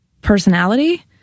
personality